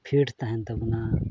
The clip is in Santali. ᱛᱟᱦᱮᱱ ᱛᱟᱵᱳᱱᱟ